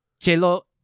J-Lo